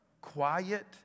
quiet